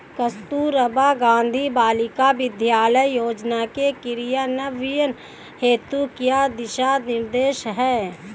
कस्तूरबा गांधी बालिका विद्यालय योजना के क्रियान्वयन हेतु क्या दिशा निर्देश हैं?